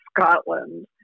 scotland